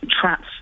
traps